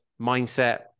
mindset